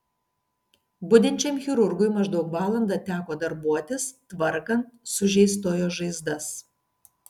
budinčiam chirurgui maždaug valandą teko darbuotis tvarkant sužeistojo žaizdas